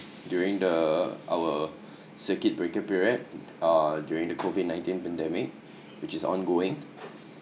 during the our circuit breaker period uh during the COVID nineteen pandemic which is ongoing